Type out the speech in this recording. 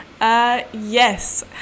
Yes